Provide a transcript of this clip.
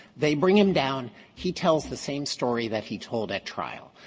they bring him down he tells the same story that he told at trial.